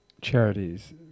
charities